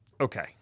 okay